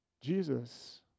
Jesus